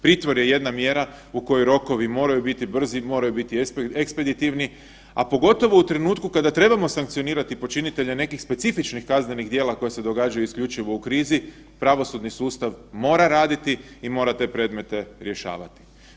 Pritvor je jedna mjera u kojoj rokovi moraju biti brzi i moraju biti ekspeditivni, a pogotovo u trenutku kada trebamo sankcionirati počinitelje nekih specifičnih kaznenih djela koja se događaju isključivo u krizi, pravosudni sustav mora raditi i mora te predmete rješavati.